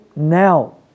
now